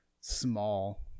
small